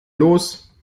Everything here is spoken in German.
los